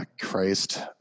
Christ